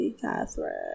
Catherine